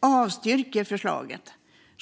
avstyrker förslaget.